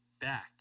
back